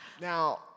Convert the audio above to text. Now